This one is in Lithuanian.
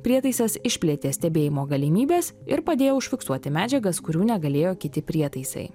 prietaisas išplėtė stebėjimo galimybes ir padėjo užfiksuoti medžiagas kurių negalėjo kiti prietaisai